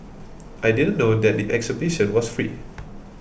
I didn't know that the exhibition was free